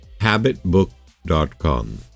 habitbook.com